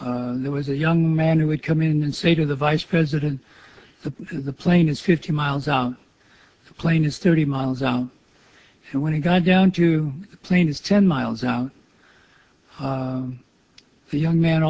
there was a young man who would come in and say to the vice president the plane is fifty miles out the plane is thirty miles out and when he got down to the plane is ten miles out the young m